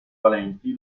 valenti